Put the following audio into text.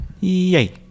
yay